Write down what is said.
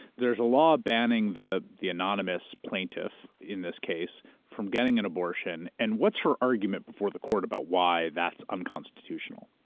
there's a law banning the the anonymous plaintiff in this case from getting an abortion. and what's her argument before the court about why that's unconstitutional?